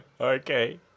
okay